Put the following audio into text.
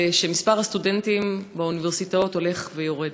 שמספר הסטודנטים באוניברסיטאות הולך ופוחת,